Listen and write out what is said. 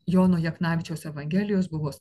jono jaknavičiaus evangelijos buvo